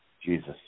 Jesus